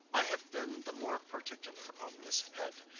i have been the more particular on this head,